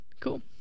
Cool